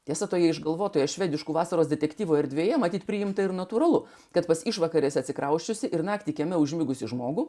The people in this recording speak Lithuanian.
tiesa toje išgalvotoje švediškų vasaros detektyvų erdvėje matyt priimta ir natūralu kad vos išvakarėse atsikrausčiusi ir naktį kieme užmigusį žmogų